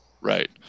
Right